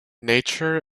nature